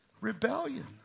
rebellion